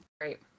Great